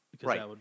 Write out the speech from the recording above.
Right